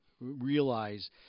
realize